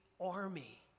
army